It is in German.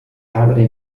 habe